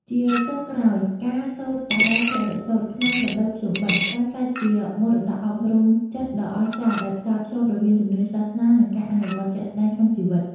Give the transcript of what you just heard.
ជាចុងក្រោយ ការសូត្របរាភវសូត្រក្នុងរដូវភ្ជុំបិណ្ឌ បានក្លាយជាមរតកអប់រំចិត្តដ៏អស្ចារ្យដែលផ្សារភ្ជាប់រវាងជំនឿសាសនា និងការអនុវត្តជាក់ស្ដែងក្នុងជីវិត។